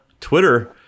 Twitter